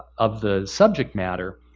of the subject matter,